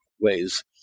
ways